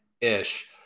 ish